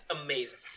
amazing